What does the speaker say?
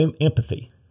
empathy